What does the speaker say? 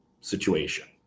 situation